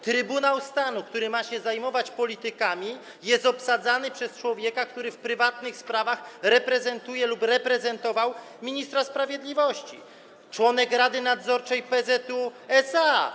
Trybunał Stanu, który ma się zajmować politykami, jest obsadzany przez człowieka, który w prywatnych sprawach reprezentuje lub reprezentował ministra sprawiedliwości, który jest członkiem Rady Nadzorczej PZU SA.